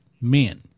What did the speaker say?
men